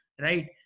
Right